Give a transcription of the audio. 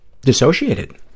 dissociated